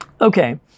Okay